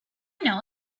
know